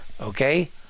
okay